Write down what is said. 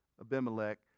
Abimelech